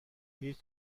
هیچ